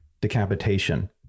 decapitation